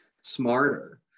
smarter